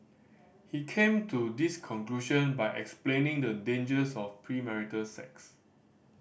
he came to this conclusion by explaining the dangers of premarital sex